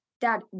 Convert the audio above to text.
dad